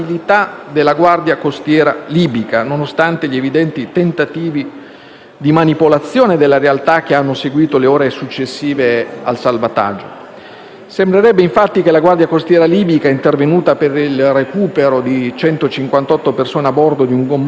della Guardia costiera libica, nonostante gli evidenti tentativi di manipolazione della realtà che hanno seguito le ore successive al salvataggio. Sembrerebbe, infatti, che la Guardia costiera libica, intervenuta per il recupero di 158 persone a bordo di un gommone,